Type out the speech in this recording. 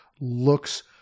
looks